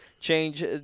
change